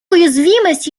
уязвимость